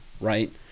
right